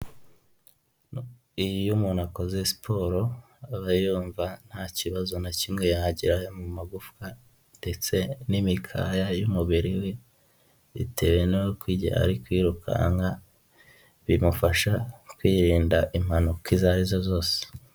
Iyo umuntu akoze siporo, aba yumva nta kibazo na kimwe yagira mu magufwa ndetse n'imikaya y'umubiri we bitewe n'uko igihe ari kwirukanka bimufasha kwirinda impanuka izo ari zo zose.